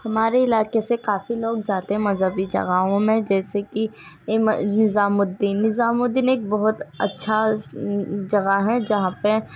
ہمارے علاکے سے کافی لوگ جاتے مذہبی جگہوں میں جیسے کہ نظام الدین نظام الدین ایک بہت اچھا جگہ ہے جہاں پہ